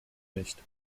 nicht